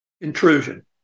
intrusion